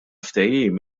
ftehim